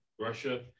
Russia